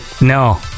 no